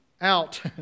out